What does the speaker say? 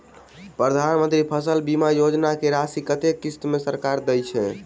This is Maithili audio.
प्रधानमंत्री फसल बीमा योजना की राशि कत्ते किस्त मे सरकार देय छै?